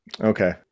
Okay